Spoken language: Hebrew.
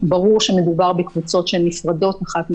ברור שמדובר בקבוצות שהן נפרדות אחת מהשנייה,